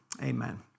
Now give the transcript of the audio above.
amen